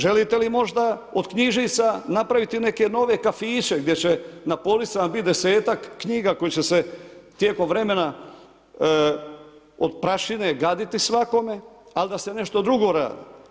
Želite li možda od knjižnica napraviti neke nove kafiće gdje će na policama biti desetak knjiga koji će se tijekom vremena od prašine gaditi svakome ali da se nešto drugo radi.